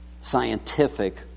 scientific